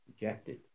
rejected